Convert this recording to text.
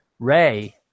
Ray